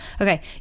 Okay